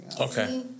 Okay